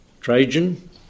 Trajan